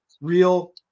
real